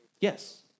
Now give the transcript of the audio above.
Yes